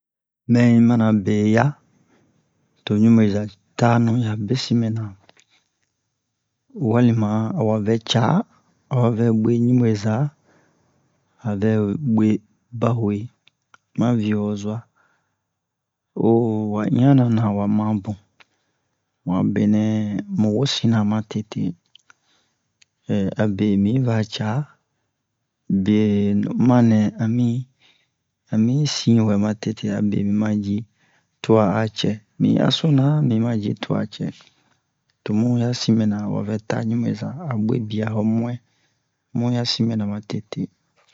Mɛ yi mana be ya to ɲubeza tanu ya besin mɛna walima a wa vɛ ca a wa vɛ buwe ɲubeza a vɛ buwe bahuwe ma viyo'oza o wa iyanna na wa ma bun mu a benɛ mu wosina ma tete abe mi yi va ca biye ma nɛ ami ami sin wɛ ma tete mi ma ji tuwa a cɛ mi yi hasona mi ma ji tuwa a cɛ to mo ya sin mɛna a wa vɛ ta ɲubeza a bwe biya ho mu'in mu ya sin mɛna ma tete